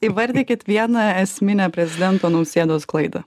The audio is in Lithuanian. įvardykit vieną esminę prezidento nausėdos klaidą